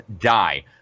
die